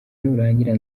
nurangira